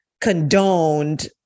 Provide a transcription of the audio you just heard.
condoned